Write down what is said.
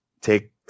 take